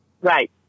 Right